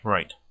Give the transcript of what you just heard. Right